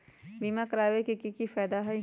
बीमा करबाबे के कि कि फायदा हई?